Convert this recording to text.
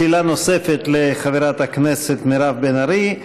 שאלה נוספת לחברת הכנסת מירב בן ארי.